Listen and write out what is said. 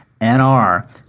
nr